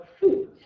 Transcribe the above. food